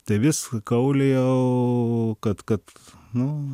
tai vis kaulijau kad kad nu